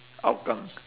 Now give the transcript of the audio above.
hougang